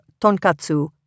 tonkatsu